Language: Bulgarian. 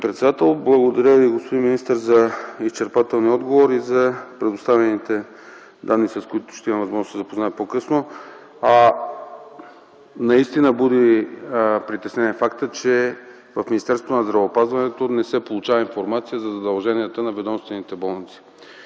председател. Благодаря Ви, господин министър, за изчерпателния отговор и за предоставените данни, с които ще имам възможност да се запозная по-късно. Наистина буди притеснение фактът, че в Министерство на здравеопазването не се получава информация за задълженията на ведомствените болници.